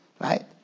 Right